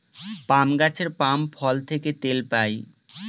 পাম গাছের পাম ফল থেকে তেল পাই